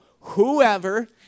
whoever